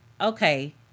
okay